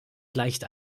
gleicht